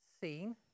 seen